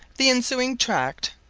the ensuing tract,